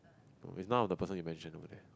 no its none of the person you mentioned over there